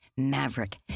Maverick